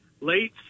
late